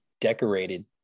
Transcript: decorated